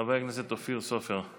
חבר הכנסת אופיר סופר,